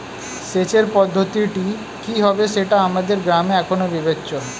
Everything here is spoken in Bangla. সেচের পদ্ধতিটি কি হবে সেটা আমাদের গ্রামে এখনো বিবেচ্য